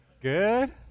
good